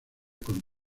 con